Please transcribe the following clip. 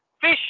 fish